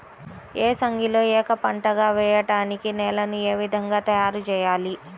ఏసంగిలో ఏక పంటగ వెయడానికి నేలను ఏ విధముగా తయారుచేయాలి?